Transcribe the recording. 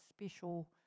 special